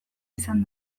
izan